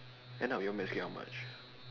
end up your maths get how much